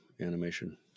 animation